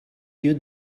you